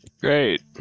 Great